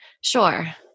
Sure